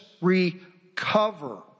recover